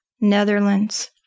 Netherlands